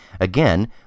Again